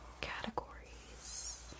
categories